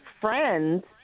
friends